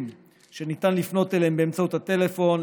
שניתן לפנות אליהם באמצעות הטלפון,